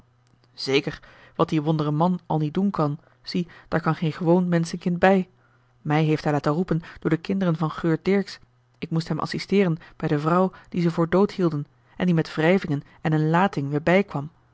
zeker wat die wondere man al niet doen kan zie daar kan geen gewoon menschenkind bij mij heeft hij laten roepen door de kinderen van geurt dirksz ik moest hem assisteeren bij de vrouw die ze voor dood hielden en die met wrijvingen en eene lating weêr bij kwam